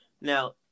Now